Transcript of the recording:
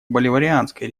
боливарианской